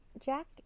Jack